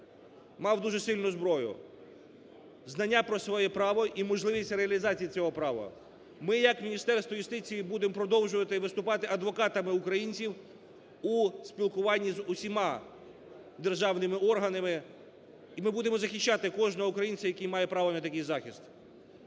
мав дуже сильну зброю – знання про своє право і можливість реалізації цього права. Ми як Міністерство юстиції будемо продовжувати виступати адвокатами українців у спілкування з усіма державними органами, і ми будемо захищати кожного українця, який має право на такий захист.